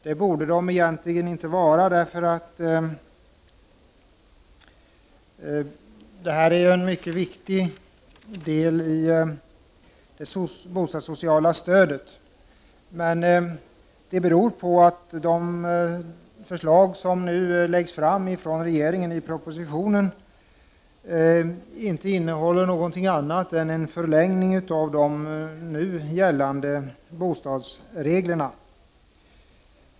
Det borde de egentligen inte vara, eftersom det rör sig om en mycket viktig del i det bostadssociala stödet. Men det beror på att de förslag som nu läggs fram av regeringen inte innebär något annat än en förlängning av de gällande bostadsreglerna.